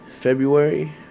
February